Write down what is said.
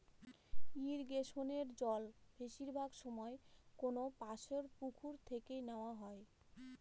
ইরিগেশনের জল বেশিরভাগ সময় কোনপাশর পুকুর থেকে নেওয়া হয়